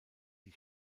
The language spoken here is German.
die